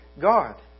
God